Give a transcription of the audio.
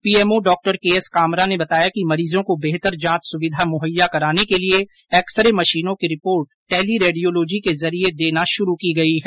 PMO डॉ K S Kamra ने बताया कि मरीजों को बेहतर जांच सुविधा मुहैया कराने के लिए एक्सरे मशीनों की रिपोर्ट टैली रेडियोलाजी के जरिए देनी शुरू की गई है